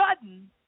sudden